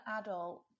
adult